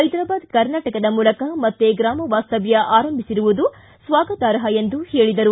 ಹೈದರಾಬಾದ್ ಕರ್ನಾಟಕದ ಮೂಲಕ ಮತ್ತೆ ಗ್ರಾಮ ವಾಸ್ತವ್ಯ ಆರಂಭಿಸಿರುವುದು ಸ್ವಾಗತಾರ್ಹ ಎಂದು ಹೇಳಿದರು